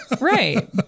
right